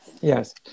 Yes